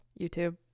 YouTube